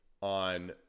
on